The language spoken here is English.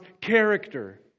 character